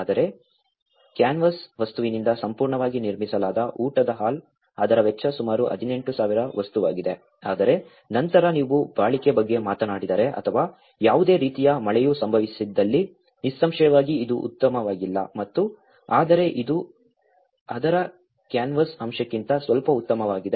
ಆದರೆ ಕ್ಯಾನ್ವಾಸ್ ವಸ್ತುವಿನಿಂದ ಸಂಪೂರ್ಣವಾಗಿ ನಿರ್ಮಿಸಲಾದ ಊಟದ ಹಾಲ್ ಅದರ ವೆಚ್ಚ ಸುಮಾರು 18000 ವಸ್ತುವಾಗಿದೆ ಆದರೆ ನಂತರ ನೀವು ಬಾಳಿಕೆ ಬಗ್ಗೆ ಮಾತನಾಡಿದರೆ ಅಥವಾ ಯಾವುದೇ ರೀತಿಯ ಮಳೆಯು ಸಂಭವಿಸಿದಲ್ಲಿ ನಿಸ್ಸಂಶಯವಾಗಿ ಇದು ಉತ್ತಮವಾಗಿಲ್ಲ ಮತ್ತು ಆದರೆ ಇದು ಅದರ ಕ್ಯಾನ್ವಾಸ್ ಅಂಶಕ್ಕಿಂತ ಸ್ವಲ್ಪ ಉತ್ತಮವಾಗಿದೆ